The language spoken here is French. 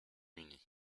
uni